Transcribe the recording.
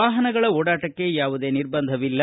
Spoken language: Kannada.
ವಾಪನಗಳ ಓಡಾಟಕ್ಕೆ ಯಾವುದೇ ನಿರ್ಬಂಧವಿಲ್ಲ